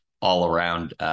all-around